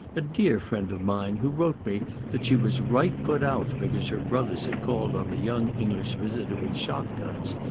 a dear friend of mine, who wrote me that she was right put out because her brothers had called on a young english visitor with shot guns,